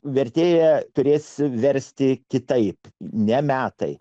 vertėją turėsi versti kitaip ne metai